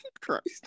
christ